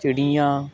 ਚਿੜੀਆਂ